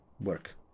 work